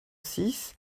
six